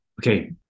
Okay